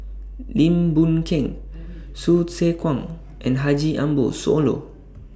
Lim Boon Keng Hsu Tse Kwang and Haji Ambo Sooloh